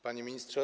Panie Ministrze!